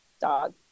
dog